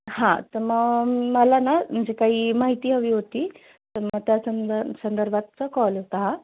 हां तर मग मला ना म्हणजे काही माहिती हवी होती तर मग त्या संद संदर्भातचा कॉल होता हा